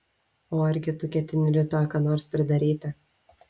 o argi tu ketini rytoj ką nors pridaryti